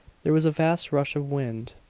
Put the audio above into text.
there was a vast rush of wind,